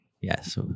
Yes